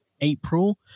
April